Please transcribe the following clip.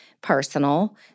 personal